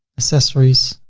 accessories,